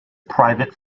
private